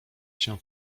się